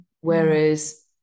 whereas